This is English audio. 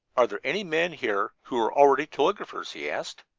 are there any men here who are already telegraphers? he asked.